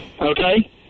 okay